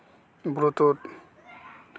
bluetooth